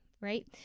right